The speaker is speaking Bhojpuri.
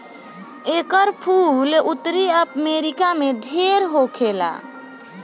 एकर फूल उत्तरी अमेरिका में ढेर होखेला